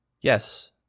yes